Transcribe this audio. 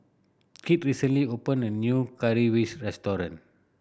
Kit recently opened a new Currywurst restaurant